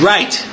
Right